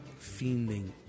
fiending